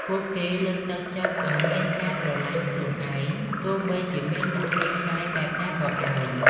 ពួកគេលើកទឹកចិត្តឲ្យមានការស្រលាញ់ខ្លួនឯង ទោះបីជាមានរូបរាងកាយបែបណាក៏ដោយ។